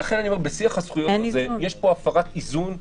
ולכן אני אומר שבשיח הזכויות הזה יש פה הפרת איזון טוטלית.